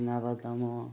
ଚିନାବାଦାମ